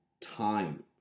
time